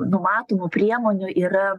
numatomų priemonių yra